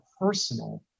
personal